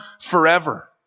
forever